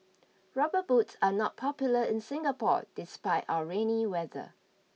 rubber boots are not popular in Singapore despite our rainy weather